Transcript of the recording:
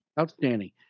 outstanding